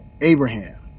Abraham